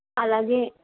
అలాగే